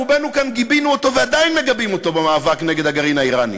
רובנו כאן גיבינו אותו ועדיין מגבים אותו במאבק נגד הגרעין האיראני.